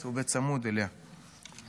שהעליתי בפני ועדת הכלכלה בקריאה הראשונה,